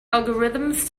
algorithms